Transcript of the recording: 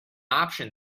option